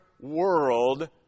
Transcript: world